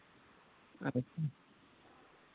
ᱟᱪᱪᱷᱟ